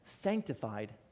sanctified